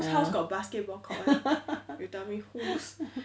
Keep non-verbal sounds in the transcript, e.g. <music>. ya <laughs>